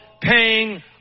paying